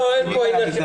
זה לא העניין.